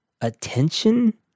attention